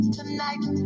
tonight